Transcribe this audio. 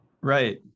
right